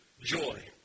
joy